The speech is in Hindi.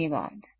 धन्यवाद